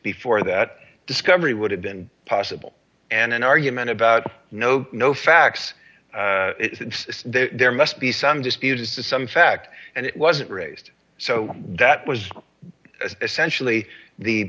before that discovery would have been possible and an argument about no no facts there must be some dispute as to some fact and it wasn't raised so that was essentially the